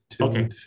Okay